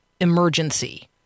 emergency